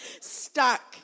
Stuck